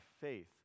faith